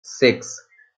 six